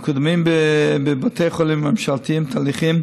מקודמים בבתי החולים הממשלתיים תהליכים